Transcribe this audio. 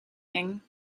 eng